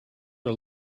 are